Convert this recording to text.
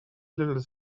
little